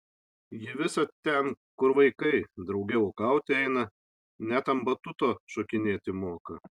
ji visad ten kur vaikai drauge uogauti eina net ant batuto šokinėti moka